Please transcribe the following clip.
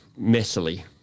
messily